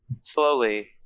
slowly